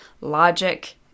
logic